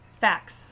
Facts